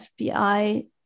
FBI